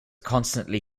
constantly